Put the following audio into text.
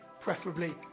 preferably